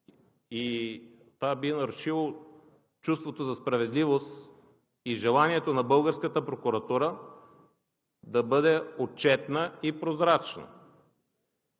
това би нарушило чувството за справедливост и желанието на българската прокуратура да бъде отчетна и прозрачна.